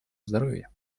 здоровье